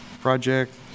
project